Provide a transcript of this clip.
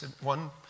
one